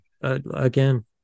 again